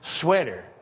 sweater